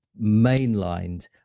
mainlined